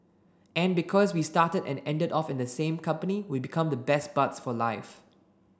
and because we started and ended off in the same company we become the best buds for life